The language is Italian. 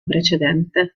precedente